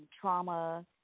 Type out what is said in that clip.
trauma